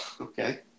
Okay